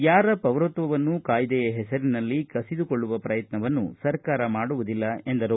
ಯಾರ ಪೌರತ್ವವನ್ನು ಕಾಯ್ದೆಯ ಹೆಸರಿನಲ್ಲಿ ಕಸಿದುಕೊಳ್ಳುವ ಪ್ರಯತ್ನವನ್ನು ಸರ್ಕಾರ ಮಾಡುವುದಿಲ್ಲ ಎಂದರು